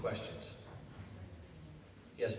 questions yes